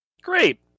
Great